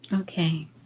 Okay